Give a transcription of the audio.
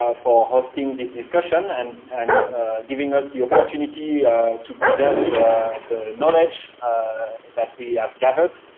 for hosting this discussion. and and giving us the opportunity to present the knowledge that we have gathered.